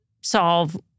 solve